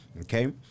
okay